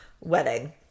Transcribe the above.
wedding